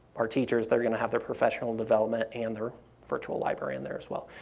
our teachers, they're going to have their professional development and their virtual library in there as well.